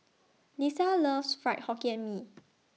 Leesa loves Fried Hokkien Mee